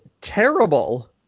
terrible